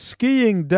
Skiing